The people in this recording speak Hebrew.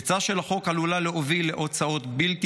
פרצה של החוק עלולה להוביל להוצאות בלתי